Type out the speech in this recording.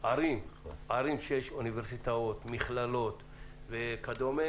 ערים שיש אוניברסיטאות, מכללות וכדומה